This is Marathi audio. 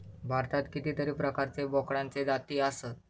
भारतात कितीतरी प्रकारचे बोकडांचे जाती आसत